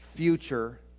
future